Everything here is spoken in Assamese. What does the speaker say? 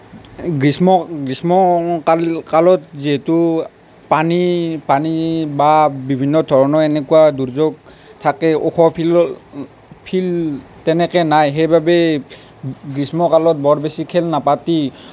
গ্ৰীষ্ম গ্ৰীষ্মকাল কালত যিহেতু পানী পানী বা বিভিন্ন ধৰণৰ এনেকুৱা দুৰ্যোগ থাকে ওখ ফিল্ডত ফিল্ড তেনেকৈ নাই সেইবাবেই গ্ৰীষ্মকালত বৰ বেছি খেল নাপাতি